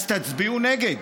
אז תצביעו נגד.